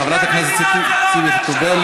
חברת הכנסת ציפי חוטובלי,